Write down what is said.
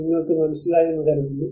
നിങ്ങൾക്ക് മനസ്സിലായി എന്നു കരുതുന്നു